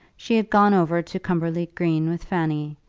she had gone over to cumberly green with fanny,